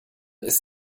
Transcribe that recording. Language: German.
ist